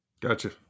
Gotcha